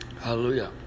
Hallelujah